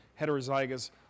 heterozygous